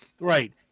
Right